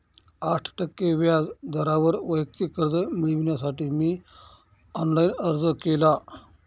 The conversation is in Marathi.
आठ टक्के व्याज दरावर वैयक्तिक कर्ज मिळविण्यासाठी मी ऑनलाइन अर्ज केला